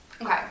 Okay